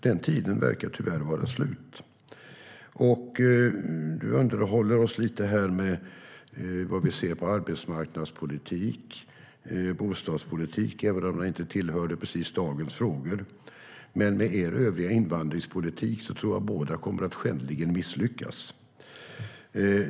Den tiden verkar tyvärr vara förbi. Rikard Larsson underhåller oss med hur vi ser på arbetsmarknadspolitik och bostadspolitik, även om det inte precis tillhör dagens ämne. Med er invandringspolitik, Rikard Larsson, tror jag att båda skändligen kommer att misslyckas.